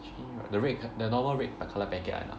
Shin ra~ the red co~ the normal red colour packet [one] ah